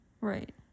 Right